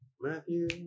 Matthew